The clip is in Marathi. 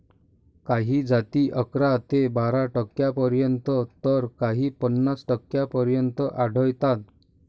काही जाती अकरा ते बारा टक्क्यांपर्यंत तर काही पन्नास टक्क्यांपर्यंत आढळतात